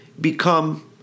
become